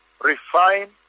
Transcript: refine